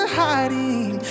hiding